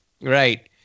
right